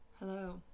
Hello